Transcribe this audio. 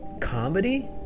comedy